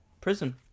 prison